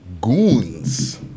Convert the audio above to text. goons